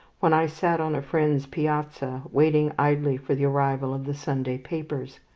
when i sat on a friend's piazza, waiting idly for the arrival of the sunday papers.